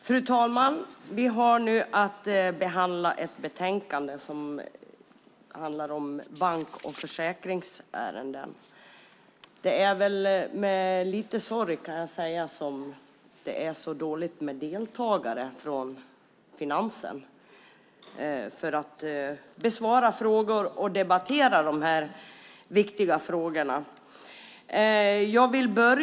Fru talman! Vi har nu att behandla ett betänkande som handlar om bank och försäkringsärenden. Det är med lite sorg jag kan säga att det är så dåligt med deltagare från Finansen för att besvara frågor och debattera de här viktiga frågorna.